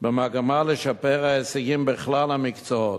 במגמה לשפר הישגים בכלל המקצועות.